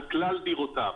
על כלל דירותיו.